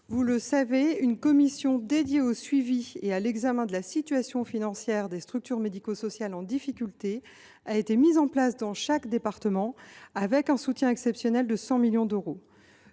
Vous le savez, une commission dédiée au suivi et à l’examen de la situation financière des structures médico sociales en difficulté a été mise en place, dans chaque département, avec un soutien exceptionnel de 100 millions d’euros.